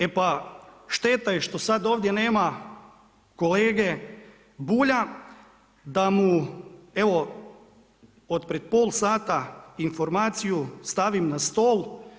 E pa šteta je što sada ovdje nema kolege Bulja da mu, evo od prije pola sata informaciju stavim na stol.